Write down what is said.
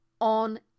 on